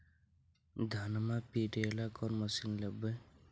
धनमा पिटेला कौन मशीन लैबै?